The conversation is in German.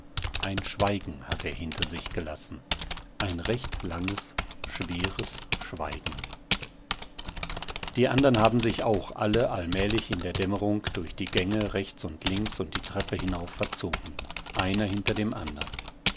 ein schweigen hat er hinter sich gelassen ein recht langes schweres schweigen die andern haben sich auch alle allmählich in der dämmerung durch die gänge rechts und links und die treppe hinauf verzogen einer hinter dem andern